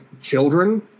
children